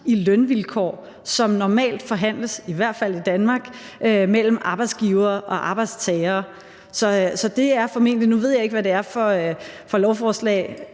i lønvilkår, som normalt forhandles – i hvert fald i Danmark – mellem arbejdsgivere og arbejdstagere. Nu ved jeg ikke, hvad det er for lovforslag,